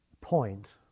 point